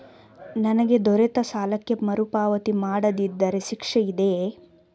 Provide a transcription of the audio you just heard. ನನಗೆ ದೊರೆತ ಸಾಲಕ್ಕೆ ಮರುಪಾವತಿ ಮಾಡದಿದ್ದರೆ ಶಿಕ್ಷೆ ಇದೆಯೇ?